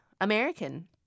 American